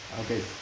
Okay